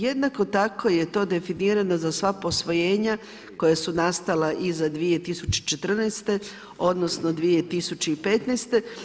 Jednako tako je to definirano za sva posvojena koja su nastala iza 2014. odnosno 2015.